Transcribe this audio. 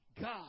God